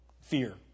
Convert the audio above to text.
Fear